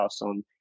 on